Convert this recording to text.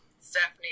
Stephanie